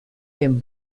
dem